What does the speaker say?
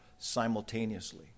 simultaneously